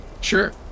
Sure